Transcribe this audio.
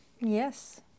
Yes